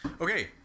Okay